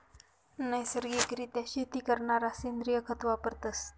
नैसर्गिक रित्या शेती करणारा सेंद्रिय खत वापरतस